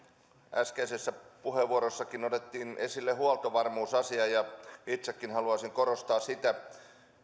äskeisessäkin puheenvuorossa otettiin esille huoltovarmuusasia ja itsekin haluaisin korostaa sitä